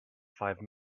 five